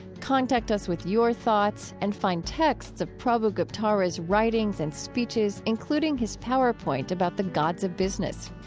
contact us with your thoughts and find texts of prabhu guptara's writings and speeches, including his powerpoint about the gods of business.